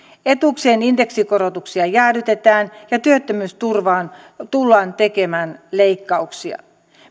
etuuksien indeksikorotuksia jäädytetään ja työttömyysturvaan tullaan tekemään leikkauksia